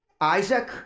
Isaac